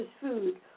food